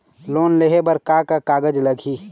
Loan लेहे बर का का कागज लगही?